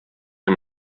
see